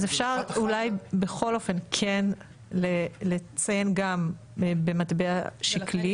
אז אפשר אולי בכל אופן כן לציין גם במטבע שקלי